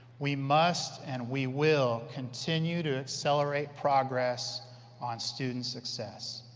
we must and we will continue to accelerate progress on student success.